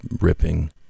ripping